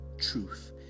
Truth